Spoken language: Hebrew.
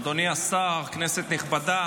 אדוני השר, כנסת נכבדה,